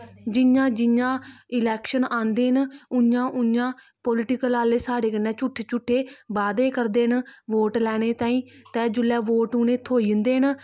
जियां जियां इलेक्शन आंदे न उ'आं उ'आं पोलिटीकल आह्ले साढ़े कन्नै झूठे झूठे वादे करदे न वोट लैने ताईं ते जेल्लै वोट उ'नेंगी थ्होई जंदे न